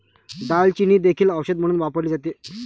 दालचिनी देखील औषध म्हणून वापरली जाते